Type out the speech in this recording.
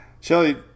Shelly